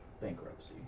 Bankruptcy